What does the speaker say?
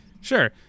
Sure